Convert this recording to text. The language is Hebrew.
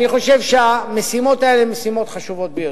אני חושב שהמשימות האלה הן משימות חשובות ביותר.